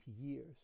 years